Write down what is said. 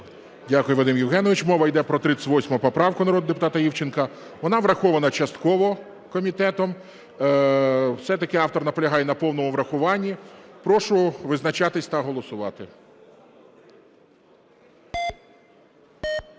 Дякую, Вадим Євгенович. Мова йде про 38 поправку народного депутата Івченка. Вона врахована частково комітетом. Все-таки автор наполягає на повному врахуванні. Прошу визначатися та голосувати.